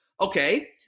okay